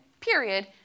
period